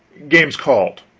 game's called.